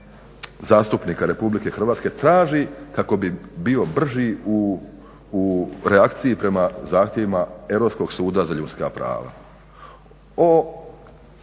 Hvala.